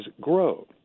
grow